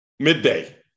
Midday